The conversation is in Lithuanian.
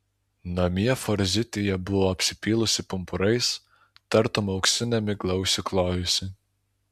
namie forzitija buvo apsipylusi pumpurais tartum auksine migla užsiklojusi